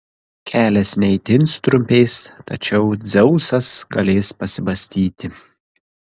kelias ne itin sutrumpės tačiau dzeusas galės pasibastyti